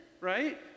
right